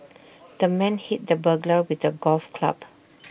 the man hit the burglar with A golf club